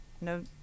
no